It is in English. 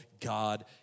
God